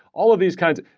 all of these kinds,